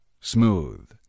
Smooth